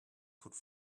could